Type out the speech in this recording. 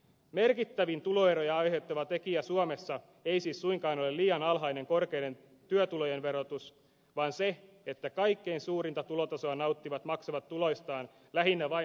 merkittävin tuloeroja aiheuttava tekijä suomessa ei siis suinkaan ole liian alhainen korkeiden työtulojen verotus vaan se että kaikkein suurinta tulotasoa nauttivat maksavat tuloistaan lähinnä vain pääomatuloveroa